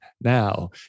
now